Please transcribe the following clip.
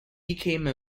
became